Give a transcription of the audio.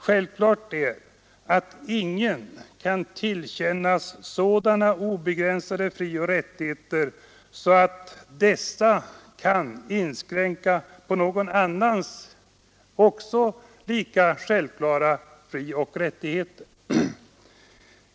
Självfallet kan ingen tillerkännas så obegränsade frioch rättigheter att detta kommer att inskränka på andras lika självklara frioch rättigheter.